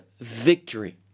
victory